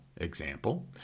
example